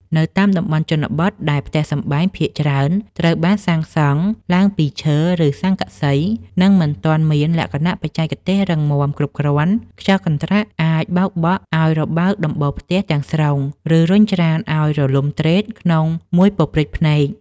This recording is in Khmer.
នៅតាមតំបន់ជនបទ ដែលផ្ទះសម្បែងភាគច្រើនត្រូវបានសាងសង់ឡើងពីឈើ ឬស័ង្កសី និងមិនទាន់មានលក្ខណៈបច្ចេកទេសរឹងមាំគ្រប់គ្រាន់ ខ្យល់កន្ត្រាក់អាចបោកបក់ឱ្យរបើកដំបូលផ្ទះទាំងស្រុង ឬរុញច្រានឱ្យរលំទ្រេតក្នុងមួយប៉ព្រិចភ្នែក។